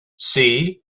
see